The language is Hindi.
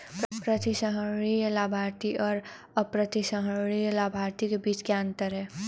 प्रतिसंहरणीय लाभार्थी और अप्रतिसंहरणीय लाभार्थी के बीच क्या अंतर है?